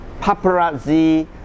paparazzi